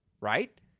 right